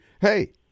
Hey